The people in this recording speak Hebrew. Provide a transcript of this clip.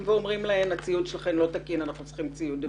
ואומרים להם: הציוד שלכם לא תקין אז לא ניקח אתכם.